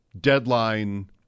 Deadline